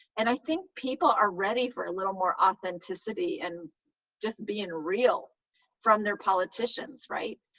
and i think people are ready for a little more authenticity and just being real from their politicians. right.